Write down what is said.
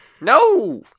No